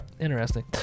interesting